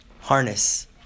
harness